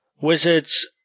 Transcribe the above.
wizards